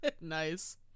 Nice